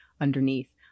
underneath